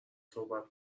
صحبت